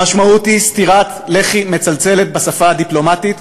המשמעות היא סטירת לחי מצלצלת בשפה הדיפלומטית,